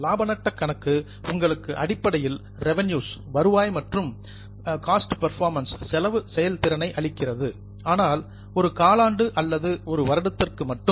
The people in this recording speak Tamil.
லாப நட்டக் கணக்கு உங்களுக்கு அடிப்படையில் ரெவின்யூ வருவாய் மற்றும் காஸ்ட் பர்பாமன்ஸ் செலவு செயல் திறனை அளிக்கிறது ஆனால் அது ஒரு காலாண்டு அல்லது ஒரு வருடத்திற்கு மட்டும்